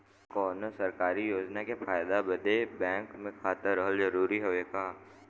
कौनो सरकारी योजना के फायदा बदे बैंक मे खाता रहल जरूरी हवे का?